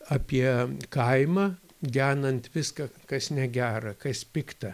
apie kaimą genant viską kas negera kas pikta